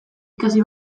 ikasi